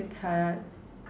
it's hard